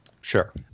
Sure